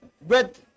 Red